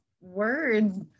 words